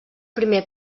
primer